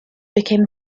became